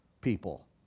people